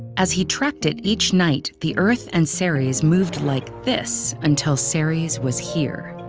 as he tracked it each night, the earth and ceres moved like this until ceres was here.